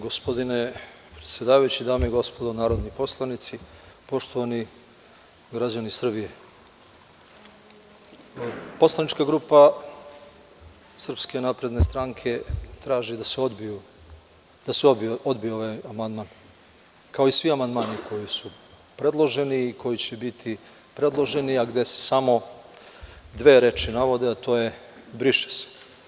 Gospodine predsedavajući, dame i gospodo narodni poslanici, poštovani građani Srbije, poslanička grupa SNS traži da se odbije ovaj amandman, kao i svi amandmani koji su predloženi i koji će biti predloženi, a gde se samo dve reči navode, a to je - briše se.